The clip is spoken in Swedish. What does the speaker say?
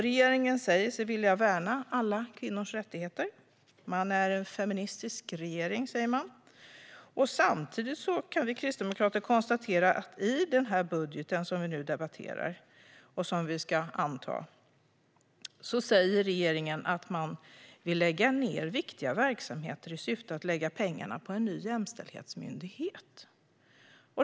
Regeringen säger sig vilja värna alla kvinnors rättigheter. Man säger att man är en feministisk regering. Samtidigt kan dock vi kristdemokrater konstatera att regeringen i den budget som vi nu debatterar och ska anta säger regeringen att man vill lägga ned viktiga verksamheter för att i stället lägga pengarna på en ny jämställdhetsmyndighet.